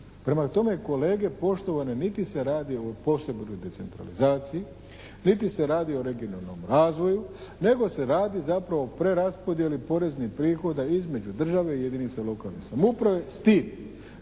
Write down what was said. Prema tome kolege poštovane niti se radi o … /Govornik se ne razumije./ … centralizaciji, niti se radi o regionalnom razvoju nego se radi zapravo o preraspodjeli poreznih prihoda između države i jedinica lokalne samouprave